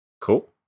cool